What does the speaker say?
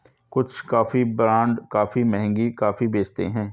कुछ coffee brand काफी महंगी कॉफी बेचते हैं